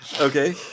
Okay